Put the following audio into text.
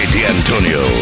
D'Antonio